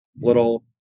little